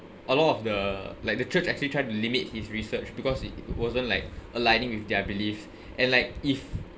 a lot of the like the church actually tried to limit his research because it wasn't like aligning with their beliefs and like if